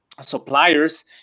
suppliers